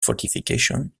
fortification